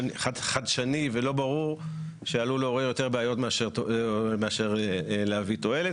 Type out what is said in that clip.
וחדשני ולא ברור שעלול לעורר יותר בעיות מאשר להביא תועלת.